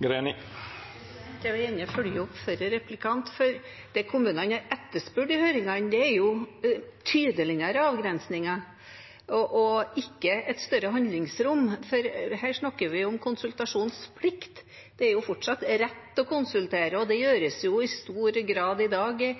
Det kommunene har etterspurt i høringene, er tydeligere avgrensninger og ikke et større handlingsrom. Her snakker vi om konsultasjonsplikt. Det er fortsatt rett til å konsultere, og det gjøres i stor grad i dag